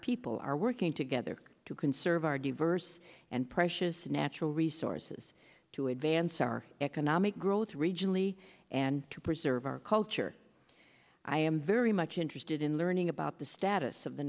people are working together to conserve our diverse and precious natural resources to advance our economic growth regionally and to preserve our culture i am very much interested in learning about the status of the